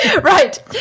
Right